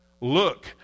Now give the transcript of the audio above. look